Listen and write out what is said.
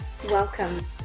Welcome